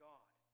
God